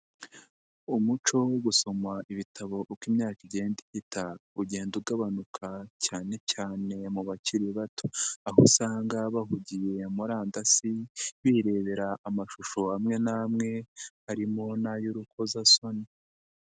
Umuco wo gusoma ibitabo uko imyaka igenda ihita, ugenda ugabanuka cyane cyane mu bakiri bato, aho usanga bahugiye murandasi, birebera amashusho amwe n'amwe harimo n'ay'urukozasoni.